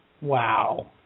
Wow